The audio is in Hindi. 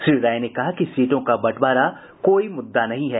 श्री राय ने कहा कि सीटों का बंटवारा कोई मुद्दा नहीं है